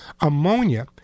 Ammonia